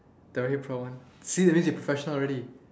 there you pro one see that means you professional already